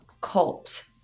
cult